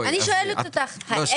אני שואלת אותך -- ג'ידא,